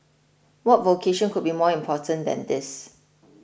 what vocation could be more important than this